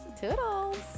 Toodles